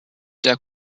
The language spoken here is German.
der